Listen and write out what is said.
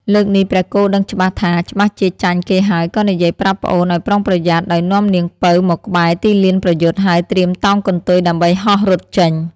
លើកនេះព្រះគោដឹងច្បាស់ថាច្បាស់ជាចាញ់គេហើយក៏និយាយប្រាប់ប្អូនឲ្យប្រុងប្រយ័ត្ន ដោយនាំនាងពៅមកក្បែរទីលានប្រយុទ្ធ ហើយត្រៀមតោងកន្ទុយដើម្បីហោះរត់ចេញ។